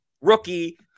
Rookie